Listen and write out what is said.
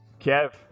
Kev